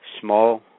small